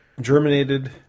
germinated